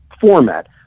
format